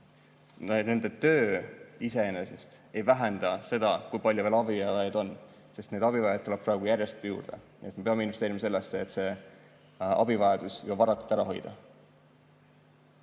nende töö iseenesest ei vähenda seda, kui palju abivajajaid on, sest abivajajaid tuleb praegu järjest juurde. Me peame investeerima sellesse, et see abivajadus juba varakult ära hoida.